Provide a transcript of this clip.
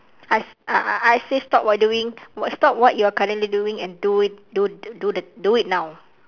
I I I say stop what you are doing stop what you are currently doing and do it do the do the do it now